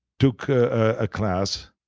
took a class,